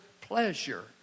pleasure